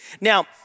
Now